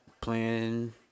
playing